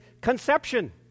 conception